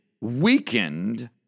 weakened